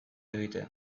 egitea